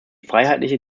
freiheitliche